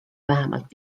vähemalt